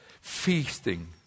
feasting